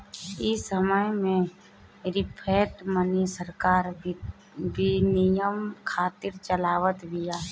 इ समय में फ़िएट मनी सरकार विनिमय खातिर चलावत बिया